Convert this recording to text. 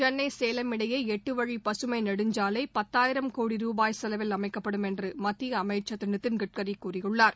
சென்னை சேலம் இடையே எட்டு வழி பசுமை நெடுஞ்சாலை பத்தாயிரம் கோடி ரூபாய் செலவில் அமைக்கப்படும் என்று மத்திய அமைச்சர் திரு நிதின் கட்கரி கூறியுள்ளார்